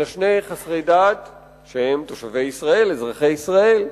שני חסרי דת שהם תושבי ישראל, אזרחי ישראל.